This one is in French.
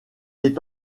est